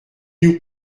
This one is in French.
nous